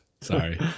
Sorry